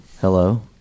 Hello